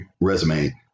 resume